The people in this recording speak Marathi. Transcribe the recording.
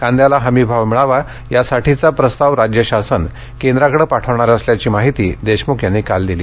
कांद्याला हमी भाव मिळावा यासाठीचा प्रस्ताव राज्य शासन केंद्र शासनाकडे पाठविणार असल्याची माहिती देशमुख यांनी काल दिली